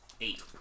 Eight